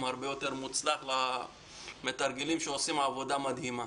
הרבה יותר מוצלח למתרגלים שעושים עבודה מדהימה.